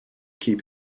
keep